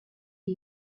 les